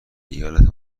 ایالت